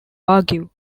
argue